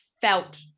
felt